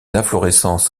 inflorescences